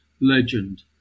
legend